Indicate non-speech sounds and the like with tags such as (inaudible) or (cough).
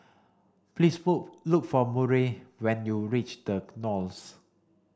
please (unintelligible) look for Murry when you reach The Knolls